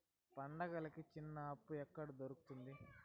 పండుగలకి చిన్న అప్పు ఎక్కడ దొరుకుతుంది